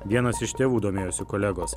vienas iš tėvų domėjosi kolegos